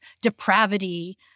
depravity